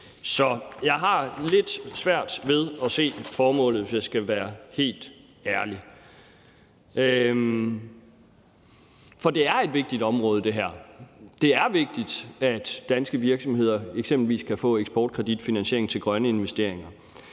Så jeg har lidt svært ved at se formålet, hvis jeg skal være helt ærlig. For det her er et vigtigt område – det er vigtigt, at danske virksomheder eksempelvis kan få eksportkreditfinansiering til grønne investeringer.